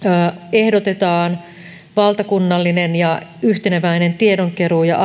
ehdotetaan valtakunnallista ja yhteneväistä tiedonkeruuta ja